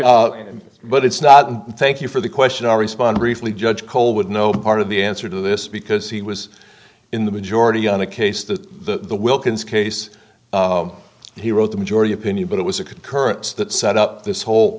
agency but it's not and thank you for the question i respond briefly judge cole would know part of the answer to this because he was in the majority on a case the wilkins case he wrote the majority opinion but it was a concurrence that set up this whole